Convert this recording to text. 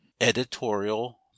editorial